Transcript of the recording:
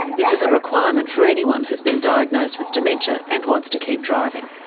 this is a requirement for anyone who's been diagnosed with dementia and wants to keep driving.